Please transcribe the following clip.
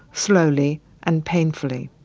slowly and painfully.